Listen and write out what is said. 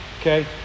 okay